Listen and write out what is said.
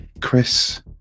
Chris